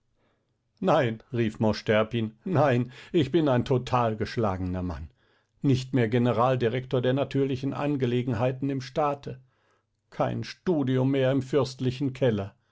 nein rief mosch terpin nein ich bin ein total geschlagener mann nicht mehr generaldirektor der natürlichen angelegenheiten im staate kein studium mehr im fürstlichen keller